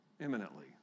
imminently